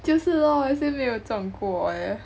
就是 lor 我也是没有中过 leh